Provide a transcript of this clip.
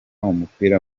umupira